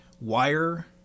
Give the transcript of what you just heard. wire